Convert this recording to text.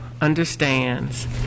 understands